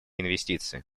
инвестиции